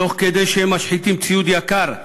תוך שהם משחיתים ציוד יקר,